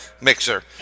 mixer